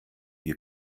ihr